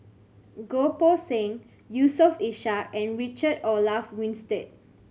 Goh Poh Seng Yusof Ishak and Richard Olaf Winstedt